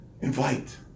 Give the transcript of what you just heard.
Invite